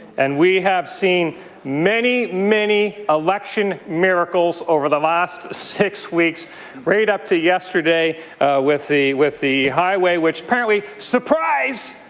and we have seen many, many election miracles over the last six weeks right up to yesterday with the with the highway which apparently, surprise,